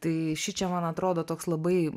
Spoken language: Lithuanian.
tai šičia man atrodo toks labai